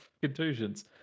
contusions